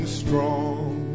strong